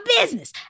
business